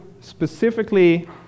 specifically